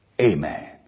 amen